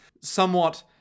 somewhat